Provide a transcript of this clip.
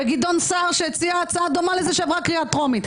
וגדעון סער שהציע הצעה דומה לזאת שעברה קריאה טרומית,